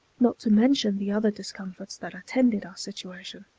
not to mention the other discomforts that attended our situation.